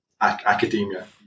academia